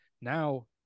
now